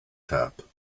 tap